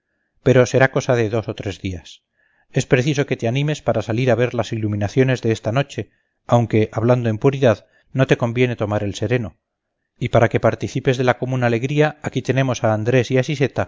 pero será cosa de dos o tres días es preciso que te animes para salir a ver las iluminaciones de esta noche aunque hablando en puridad no te conviene tomar el sereno y para que participes de la común alegría aquí tenemos a andrés y a